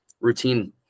routine